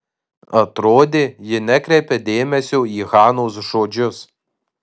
atrodė ji nekreipia dėmesio į hanos žodžius